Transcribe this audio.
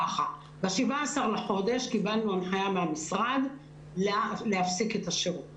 ב-17 לחודש קיבלנו הנחייה מהמשרד להפסיק את השירות